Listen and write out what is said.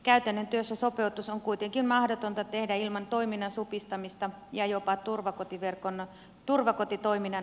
käytännön työssä sopeutus on kuitenkin mahdotonta tehdä ilman toiminnan supistamista ja jopa turvakotitoiminnan lakkauttamista